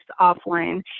offline